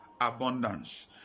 abundance